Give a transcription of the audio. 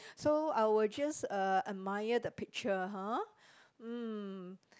so I will just uh admire the picture ha mm